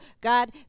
God